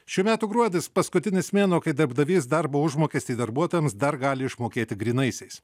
šių metų gruodis paskutinis mėnuo kai darbdavys darbo užmokestį darbuotojams dar gali išmokėti grynaisiais